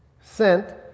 sent